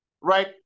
Right